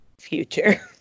future